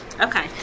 Okay